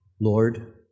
Lord